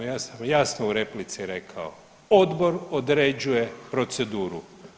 Ja sam jasno u replici rekao, Odbor određuje proceduru.